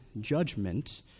judgment